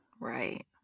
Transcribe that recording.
Right